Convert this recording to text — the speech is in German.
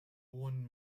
hohen